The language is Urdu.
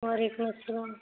و علیکم السلام